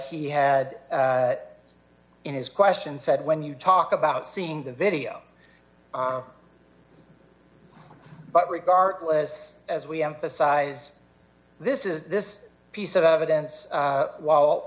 he had in his question said when you talk about seeing the video but regardless as we emphasize this is this piece of evidence while